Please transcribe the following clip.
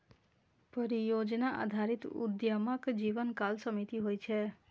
परियोजना आधारित उद्यमक जीवनकाल सीमित होइ छै